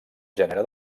gènere